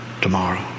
tomorrow